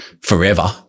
forever